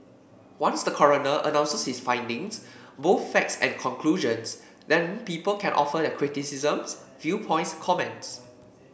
once the coroner announces his findings both facts and conclusions then people can offer their criticisms viewpoints comments